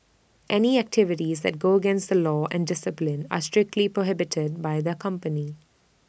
any activities that go against the law and discipline are strictly prohibited by the company